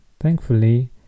Thankfully